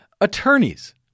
attorneys